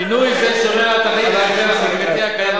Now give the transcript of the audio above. שינוי זה שומר על תכלית ההסדר החקיקתי הקיים,